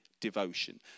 devotion